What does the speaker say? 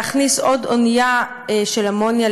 להכניס עוד אונייה של אמוניה,